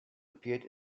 appeared